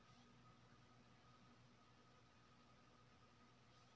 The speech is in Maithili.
मकई के पाँति पर माटी देबै के लिए केना औजार के प्रयोग कैल जाय?